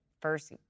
first